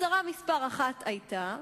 הצהרה מספר אחת היתה: